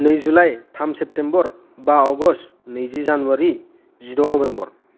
नै जुलाइ थाम सेप्टेम्बर बा अगस्ट नैजि जानुवारि जिद' नबेम्बर